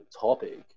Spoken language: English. topic